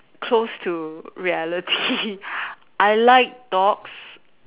close to reality I like dogs